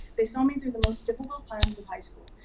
they saw me through the most difficult times of high school,